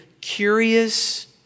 curious